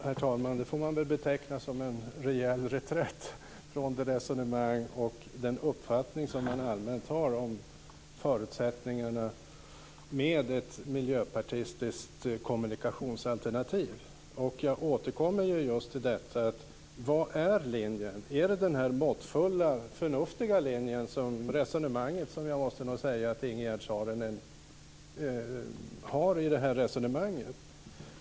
Herr talman! Det får man beteckna som en rejäl reträtt från de resonemang och den uppfattning som man allmänt har om förutsättningarna med ett miljöpartistiskt kommunikationsalternativ. Jag återkommer till detta: Vad är linjen? Är det den måttfulla förnuftiga linje och det resonemang som jag måste säga att Ingegerd Saarinen företräder?